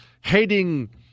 hating